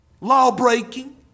law-breaking